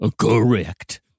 Correct